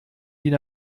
din